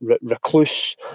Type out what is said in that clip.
recluse